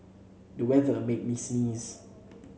the weather made me sneeze